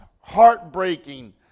heartbreaking